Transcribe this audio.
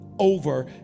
over